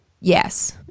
Yes